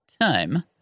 time